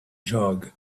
jog